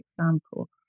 example